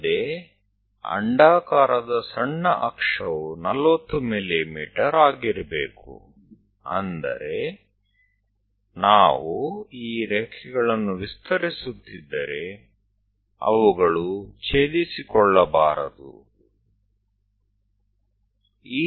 વધારામાં ગૌણ અક્ષ આ ઉપવલય માટે 40 mm હોવી જોઈએ તેનો અર્થ એમ છે કે જો આપણે આ લીટીઓને લંબાવીએ તો તેઓ એકબીજાને છેદવા જોઈએ નહીં